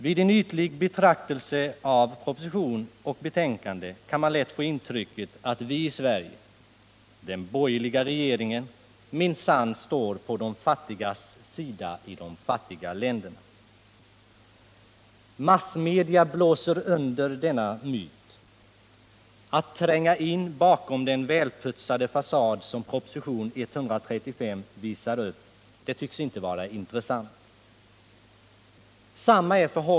Vid en ytlig betraktelse av proposition och betänkande kan man lätt få intrycket att vi i Sverige, den borgerliga regeringen, minsann står på de fattigas sida i de fattiga länderna. Massmedia blåser under denna myt. Att tränga in bakom den välputsade fasad som propositionen 135 visar upp tycks inte vara intressant.